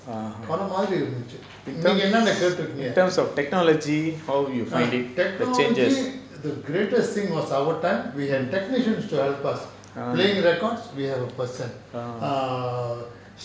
பல மாரி இருந்துச்சு நீங்க என்னென்ன கேட்டுருக்கீங்க:pala mari irunthuchu neenga ennenna keturukinga technology the greatest thing was our time we had technicians to help us play records we had a person err